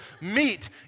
Meat